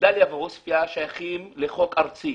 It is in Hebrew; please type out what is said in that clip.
שדליה ועוספיה שייכים לחוק ארצי.